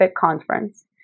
conference